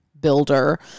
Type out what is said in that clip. builder